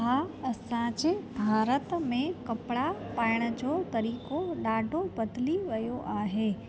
हा असांजे भारत में कपिड़ा पाइण जो तरीक़ो ॾाढो बदिली वियो आहे